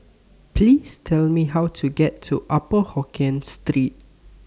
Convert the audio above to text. Please Tell Me How to get to Upper Hokkien Street